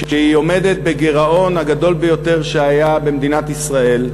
כשהיא עומדת בגירעון הגדול ביותר שהיה במדינת ישראל,